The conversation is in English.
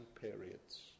periods